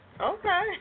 Okay